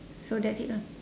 so that's it lah